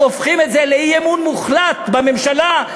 היינו הופכים את זה לאי-אמון מוחלט בממשלה.